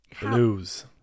Blues